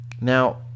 now